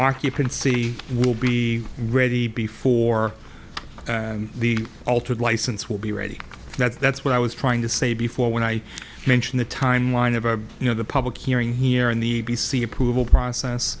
occupancy will be ready before the altered license will be ready that's that's what i was trying to say before when i mentioned the timeline of you know the public hearing here in the d c approval process